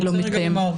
אני רוצה רגע לומר.